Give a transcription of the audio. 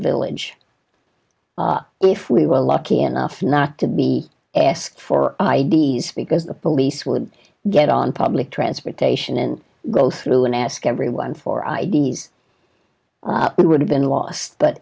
village if we were lucky enough not to be asked for i d s because the police would get on public transportation and go through and ask everyone for i d s it would have been lost but